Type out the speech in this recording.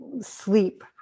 sleep